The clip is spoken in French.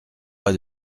pas